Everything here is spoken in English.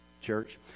church